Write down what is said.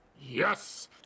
Yes